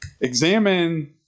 examine